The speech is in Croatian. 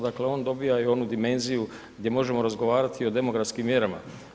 Dakle, on dobiva i onu dimenziju gdje možemo razgovarati i o demografskim mjerama.